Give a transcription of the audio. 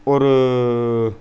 ஒரு